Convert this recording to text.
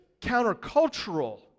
countercultural